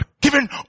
given